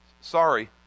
Sorry